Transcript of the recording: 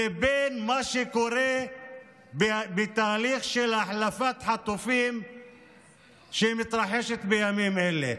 לבין מה שקורה בתהליך של החלפת החטופים שמתרחש בימים אלה.